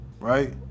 Right